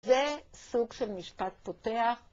זה סוג של משפט פותח.